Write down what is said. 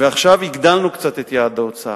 ועכשיו הגדלנו קצת את יעד ההוצאה,